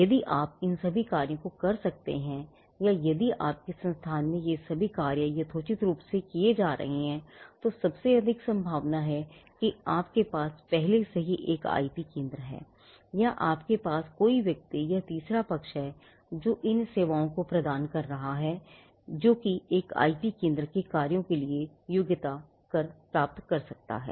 यदि आप इन सभी कार्यों को कर सकते हैं या यदि आपके संस्थान में ये सभी कार्य यथोचित रूप से किए जा रहे हैं तो सबसे अधिक संभावना है कि आपके पास पहले से ही एक IP केंद्र है या आपके पास कोई व्यक्ति या कोई तीसरा पक्ष है जो इन सेवाओं को प्रदान कर रहा है जो कि एक आईपी केंद्र के कार्यों के लिए योग्यता प्राप्त कर सकता है